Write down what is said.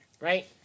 right